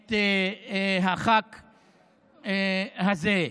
את הח"כ הזה,